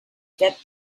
that